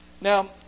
Now